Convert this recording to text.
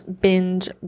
binge